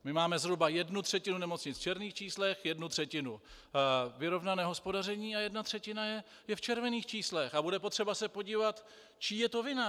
My máme zhruba jednu třetinu nemocnic v černých číslech, jednu třetinu vyrovnané hospodaření a jedna třetina je v červených číslech a bude potřeba se podívat, čí je to vina.